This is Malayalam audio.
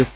എഫ്